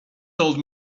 told